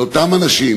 לאותם אנשים,